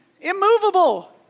immovable